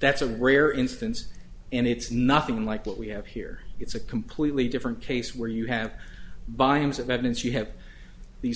that's a rare instance and it's nothing like what we have here it's a completely different case where you have biomes of evidence you have these